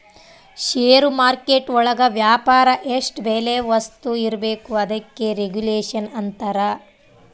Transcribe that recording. ಷೇರು market ಒಳಗ ವ್ಯಾಪಾರ ಎಷ್ಟ್ ಬೆಲೆ ವಸ್ತು ಇರ್ಬೇಕು ಅದಕ್ಕೆ ರೆಗುಲೇಷನ್ ಅಂತರ